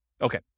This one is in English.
Okay